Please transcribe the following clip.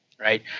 right